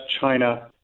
China